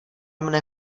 mne